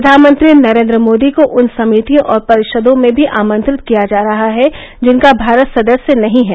प्रधानमंत्री नरेन्द्र मोदी को उन समितियों और परिशदों में भी आमंत्रित किया जा रहा है जिनका भारत सदस्य नहीं है